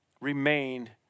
remained